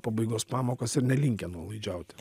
pabaigos pamokas ir nelinkę nuolaidžiauti